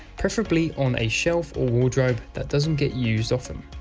preferably on a shelf or wardrobe that doesn't get used often.